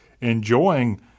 enjoying